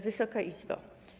Wysoka Izbo!